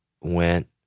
went